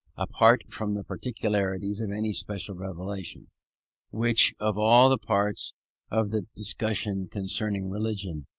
apart from the peculiarities of any special revelation which, of all the parts of the discussion concerning religion,